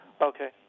Okay